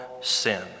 sin